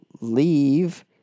leave